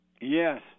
Yes